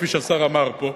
כפי שהשר אמר פה,